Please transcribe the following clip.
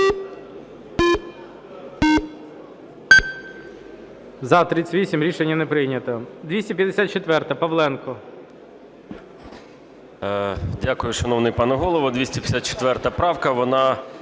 За-38 Рішення не прийнято.